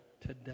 today